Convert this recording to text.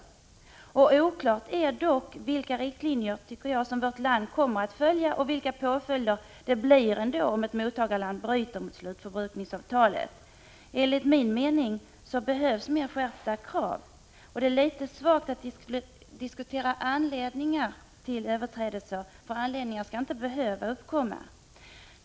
Det är oklart, tycker jag, vilka riktlinjer som vårt land kommer att följa och vilka påföljder det blir om ett mottagarland bryter mot slutförbrukningsavtalet. Enligt min mening behövs mer skärpta krav. Det är litet svårt att diskutera anledningar till överträdelser, för anledningar skall inte behöva uppkomma.